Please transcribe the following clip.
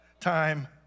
time